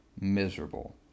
miserable